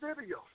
video